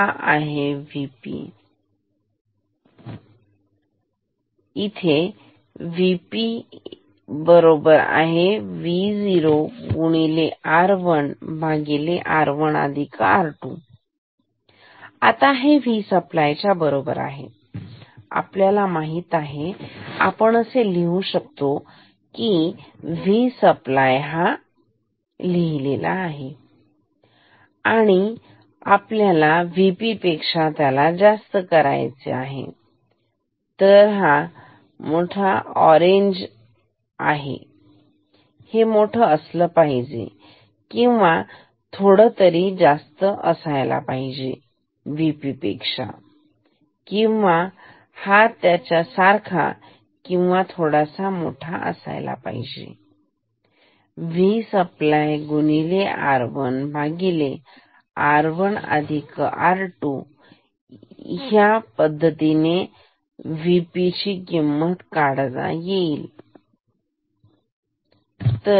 तर हा आहे VP मी लिहू शकतो V P V0 R1R1R2 आता Vo हा सप्लाय च्या बरोबर आहे हे आपल्याला माहीत आहे तर आपण लिहू शकतो V सप्लाय बरोबर तर हे आहे VP आणि आपल्याला VP पेक्षा जास्त करायचे आहे तर हा मोठा असला पाहिजे किंवा थोडा तरी जास्त असला पाहिजे VP पेक्षा किंवा हा त्याच्या सारखा किंवा थोडासा मोठा असायला पाहिजे Vsupply R1R1R2 ही VP ची किंमत आहे ठीक आहे